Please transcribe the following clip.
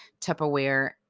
Tupperware